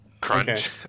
crunch